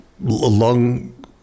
lung